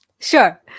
Sure